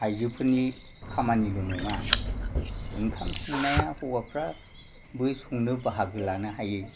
आइजोफोरनि खामानिल' नङा ओंखाम संनाया हौवाफ्राबो बाहागो लानो हायो